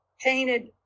painted